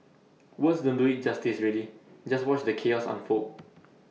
words don't do IT justice really just watch the chaos unfold